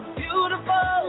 beautiful